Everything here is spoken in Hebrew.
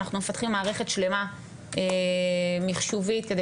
אנחנו מפתחים מערכת שלמה מיחשובית כדי